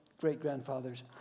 great-grandfathers